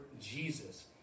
Jesus